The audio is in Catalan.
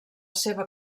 seva